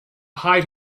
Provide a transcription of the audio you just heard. hide